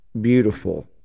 beautiful